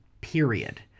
period